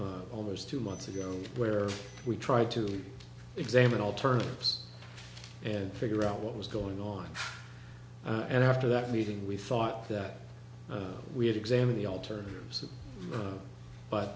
almost two months ago where we tried to examine alternatives and figure out what was going on and after that meeting we thought that we had examined the alternatives